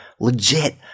legit